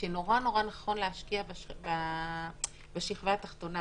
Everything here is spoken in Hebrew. שמאוד נכון להשקיע בשכבה התחתונה,